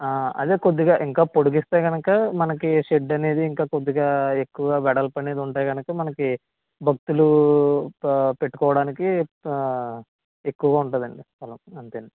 అదే కొద్దిగా ఇంకా పొడిగిస్తే కనుక మనకి షెడ్ అనేది ఇంకా కొద్దిగా ఎక్కువ వెడల్పు అనేది ఉంటే కనుక మనకి భక్తులు పె పెట్టుకోవడానికి ఎక్కువగా ఉంటుంది అండి స్థలం అంతేను అండి